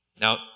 Now